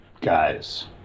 guys